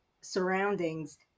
surroundings